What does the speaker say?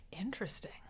interesting